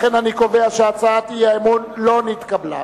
לכן אני קובע שהצעת האי-אמון לא נתקבלה.